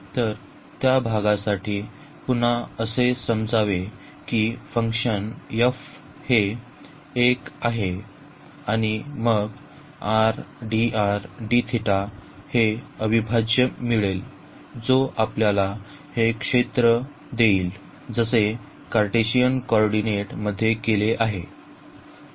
तर त्या भागासाठी पुन्हा असे समजावे की फंक्शन f हे 1 आहे आणि मग हे अविभाज्य मिळेल " जो आपल्याला हे क्षेत्र देईल जसे कार्टेशियन कॉर्डीनेट मध्ये केले आहे